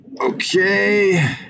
Okay